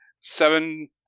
seven